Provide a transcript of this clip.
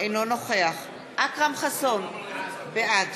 אינו נוכח אכרם חסון, בעד